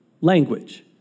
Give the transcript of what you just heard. language